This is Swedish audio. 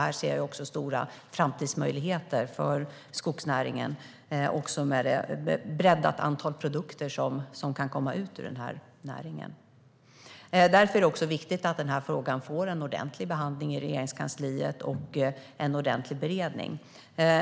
Jag ser stora framtidsmöjligheter för skogsnäringen med ett breddat antal produkter. Därför är det viktigt att den här frågan får en ordentlig behandling i Regeringskansliet och en ordentlig beredning.